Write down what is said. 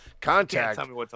Contact